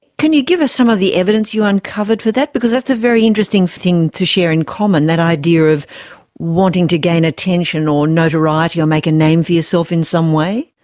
can you give us some of the evidence you uncovered for that, because that's a very interesting thing to share in common, that idea of wanting to gain attention or notoriety or make a name for yourself in some way.